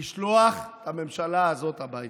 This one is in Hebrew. לשלוח את הממשלה הזאת הביתה.